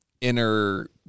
inner